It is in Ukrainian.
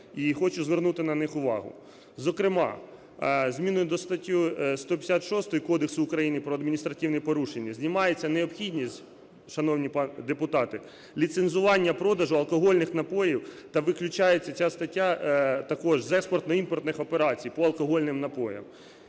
і хочу звернути на них увагу. Зокрема, зміни до статті 156 Кодексу України про адміністративні порушення знімається необхідність, шановні депутати, ліцензування продажу алкогольних напоїв, та виключається ця стаття також з експортно-імпортних операцій по алкогольним напоям.